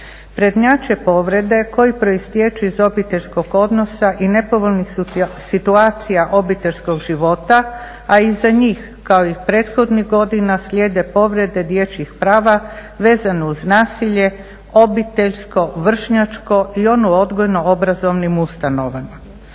Prednjače povrede koje proistječu iz obiteljskog odnosa i nepovoljnih situacija obiteljskog života, a iza njih kao i prethodnih godina slijede povrede dječjih prava vezano uz nasilje obiteljsko, vršnjačko i ono odgojno u obrazovnim ustanovama.